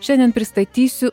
šiandien pristatysiu